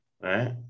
Right